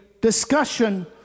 discussion